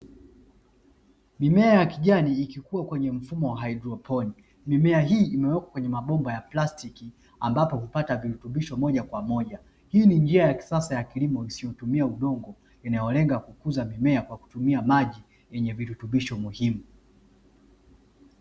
Mimea ya kijani ikikuwa kwenye mfumo wa haidroponi. Mimea imewekwa kwenye mabomba ya plastiki ambapo hupata virutubisho moja kwa moja. Hii ni njia ya kisasa ya kilimo isiyotumia udongo, inayolenga kukuza mimea kwa kutumia maji yenye virutubisho muhimu.